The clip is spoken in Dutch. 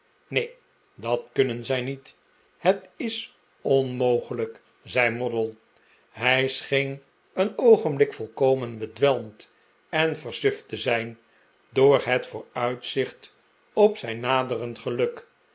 neen dat kunnen zij niet het is onmogelijk zei moddle hij scheen een oogenblik volkomen bedwelmd en versuft te zijn door het vooruitzicht op zijn naderend geluk